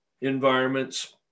environments